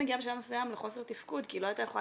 מגיעה בשלב מסוים לחוסר תפקוד כי היא לא הייתה יכולה